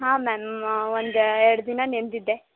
ಹಾಂ ಮ್ಯಾಮ್ ಒಂದು ಎರಡು ದಿನ ನೆನೆದಿದ್ದೆ